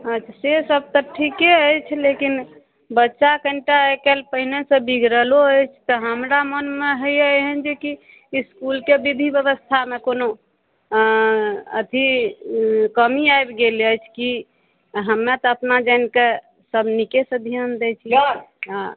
अच्छासँ सब तऽ ठीके अछि लेकिन बच्चा कनिटा आइ काल्हि पहिनेसँ बिगड़लो अछि तऽ हमरा मोनमे होइये एहन जेकि इसकुलके विधि बेबस्थामे कोनो अथी कमी आबि गेल अछि कि हमे तऽ अपना जानिके सब नीकेसँ धिआन दै छिए